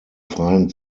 freien